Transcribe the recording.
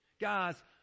Guys